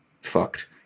fucked